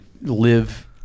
live